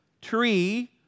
tree